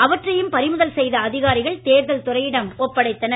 அவற்றையும் பறிமுதல் செய்த அதிகாரிகள் தேர்தல் துறையிடம் ஒப்படைத்தனர்